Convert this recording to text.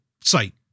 site